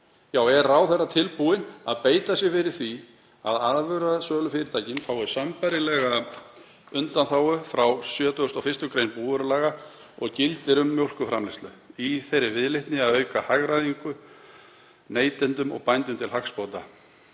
er: Er ráðherra tilbúinn að beita sér fyrir því að afurðasölufyrirtækin fái sambærilega undanþágu frá 71. gr. búvörulaga og gildir um mjólkurframleiðslu í þeirri viðleitni að auka hagræðingu neytendum og bændum til hagsbóta?